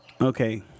Okay